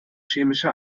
chemische